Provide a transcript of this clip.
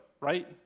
right